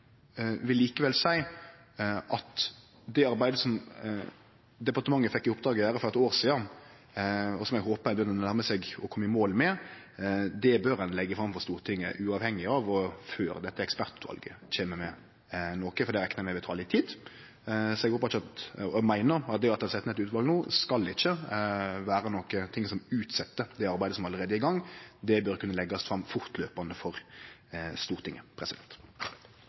vil likevel seie at det arbeidet som departementet fekk i oppdrag å gjere for eit år sidan, og som eg håper dei begynner nærme seg å kome i mål med, bør ein leggje fram for Stortinget uavhengig av dette ekspertutvalet og før det kjem med noko, for det reknar eg med vil ta litt tid. Så eg meiner at det at ein set ned eit utval no, ikkje skal vere noko som utset det arbeidet som allereie er i gang. Det bør kunne leggjast fram fortløpande for Stortinget.